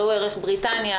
ראו ערך בריטניה,